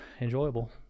enjoyable